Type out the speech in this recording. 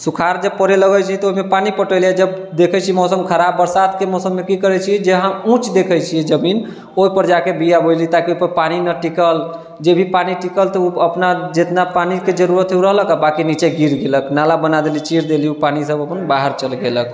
सुखाड़ जब पड़े लगै छै तऽ ओहिमे पानि पहिले जब देखै छी मौसम खराब बरसातके मौसममे की करै छी जे अहाँ ऊँच देखै छी जमीन ओहिपर जाके बिआ बोएली ताकि ओहिपर पानी नऽ टिकल जे भी पानी टिकल तऽ ओ अपना जितना पानीके जरुरत है ओ रहलक बाँकि निचे गिर गेलक नाला बना देली चिर डेली ओ पानि सब अपना चल गेलक